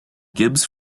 gibbs